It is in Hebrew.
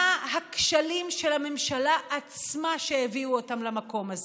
מה הכשלים של הממשלה עצמה שהביאו אותם למקום הזה.